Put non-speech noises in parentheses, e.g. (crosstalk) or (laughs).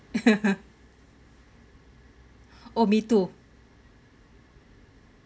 (laughs) oh me too